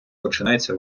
починається